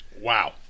wow